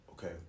Okay